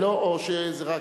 לא להפריע.